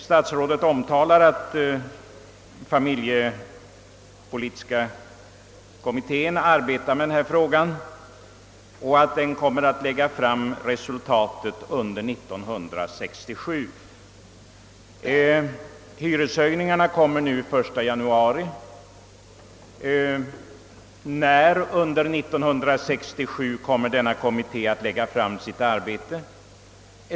Statsrådet omtalar att familjepolitiska kommittén arbetar med frågan om en omläggning av familjebostadsbidragen och att den kommer att lägga fram resultatet av sitt arbete under 1967. Hyreshöjningarna äger rum nu den 1 januari. När under 1967 kommer denna kommitté att lägga fram sitt förslag?